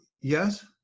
yes